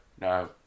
No